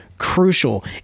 crucial